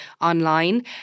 online